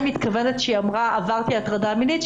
התכוונה כשהיא אמרה שהיא עברה הטרדה מינית.